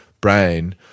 brain